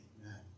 Amen